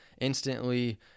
instantly